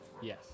Yes